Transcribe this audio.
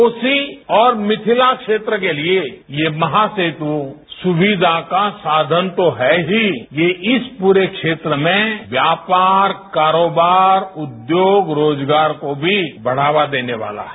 कोसी और मिथिला क्षेत्र के लिए ये महासेतु सुविधा का साधन तो है ही ये इस पूरे क्षेत्र में व्यापार कारोबार उद्योग रोजगार को भी बढावा देने वाला है